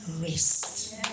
rest